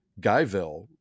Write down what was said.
Guyville